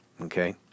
Okay